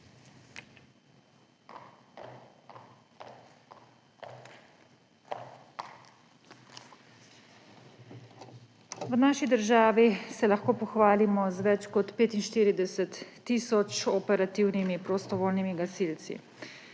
V naši državi se lahko pohvalimo z več kot 45 tisoč operativnimi prostovoljnimi gasilci.